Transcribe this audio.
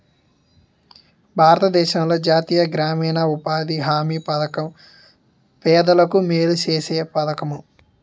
భారతదేశంలో జాతీయ గ్రామీణ ఉపాధి హామీ పధకం పేదలకు మేలు సేసే పధకము